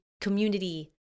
community